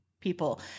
people